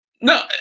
No